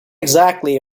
exactly